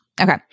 Okay